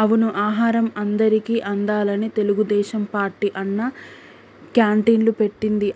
అవును ఆహారం అందరికి అందాలని తెలుగుదేశం పార్టీ అన్నా క్యాంటీన్లు పెట్టింది